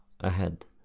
ahead